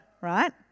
right